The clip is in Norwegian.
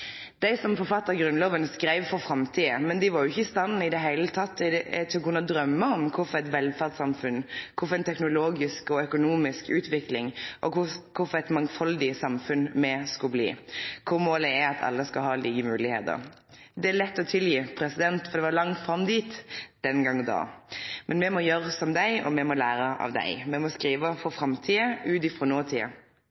Dei som forfatta Grunnloven, skreiv for framtida, men dei var jo ikkje i det heile i stand til å kunne drøyme om kva for eit velferdssamfunn og kva for ei teknologisk og økonomisk utvikling me skulle få, og kva for eit mangfaldig samfunn me skulle bli, der målet er at alle skal ha like moglegheiter. Det er lett å tilgje, for det var langt fram dit – den gong då. Men me må gjere som dei, og me må lære av dei. Me må skrive for